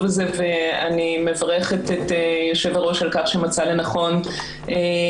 הזה ואני מברכת את יושב הראש על כך שמצא לנכון לקיים